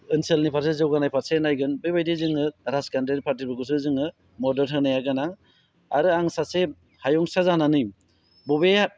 ओनसोलनि फारसे जौगानाय फारसे नायगोन बेबायदि जोङो राजखान्थि पार्टिफोरखौसो जोङो मदद होनाया गोनां आरो आं सासे हायुंसा जानानै बबेया